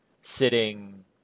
sitting